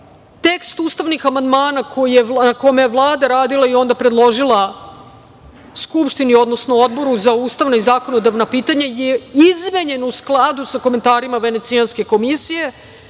tekst ustavnih amandmana, kome je Vlada radila i onda predložila Skupštini, odnosno Odboru za ustavna i zakonodavna pitanja je izmenjen u skladu sa komentarima Venecijanske komisije,